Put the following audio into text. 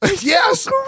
Yes